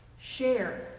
share